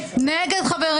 מי נמנע?